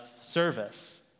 service